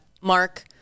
Mark